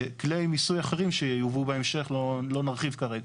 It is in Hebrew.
כלי מיסוי אחרים שיובאו בהמשך, לא נרחיב כרגע.